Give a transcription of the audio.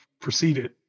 proceeded